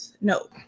No